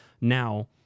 Now